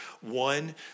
one